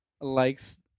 likes